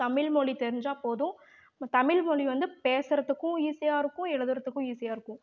தமிழ்மொழி தெரிஞ்சால் போதும் ப் தமிழ்மொழி வந்து பேசுறதுக்கும் ஈஸியாக இருக்கும் எழுதறதுக்கும் ஈஸியாக இருக்கும்